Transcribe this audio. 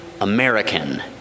American